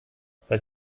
seit